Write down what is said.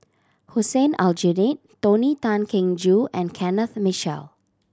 Hussein Aljunied Tony Tan Keng Joo and Kenneth Mitchell